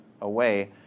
away